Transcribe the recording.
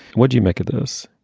what do you make of this?